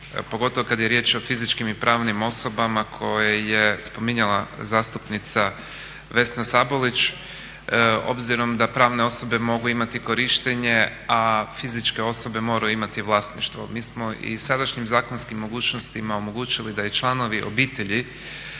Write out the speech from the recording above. pogotovo kada je riječ o fizičkim i pravnim osobama koje je spominjala zastupnica Vesna Sabolić, obzirom da pravne osobe mogu imati korištenje, a fizičke osobe moraju imati vlasništvo. Mi smo i sadašnjim zakonskim mogućnostima omogućili da i članovi obitelji